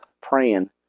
praying